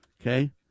Okay